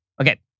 Okay